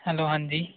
hello ਹਾਂਜੀ